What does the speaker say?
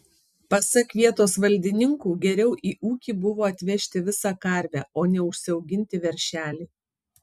pasak vietos valdininkų geriau į ūkį buvo atvežti visą karvę o ne užsiauginti veršelį